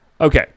Okay